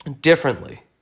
differently